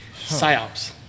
PsyOps